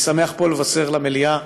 אני שמח פה לבשר למליאה